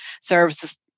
services